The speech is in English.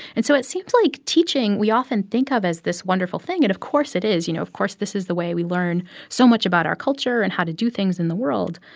and so it seems like teaching, we often think of as this wonderful thing and of course it is. you know, of course this is the way we learn so much about our culture and how to do things in the world.